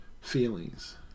feelings